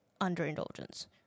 underindulgence